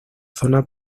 zona